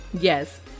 Yes